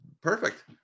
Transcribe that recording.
perfect